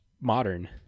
modern